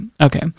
okay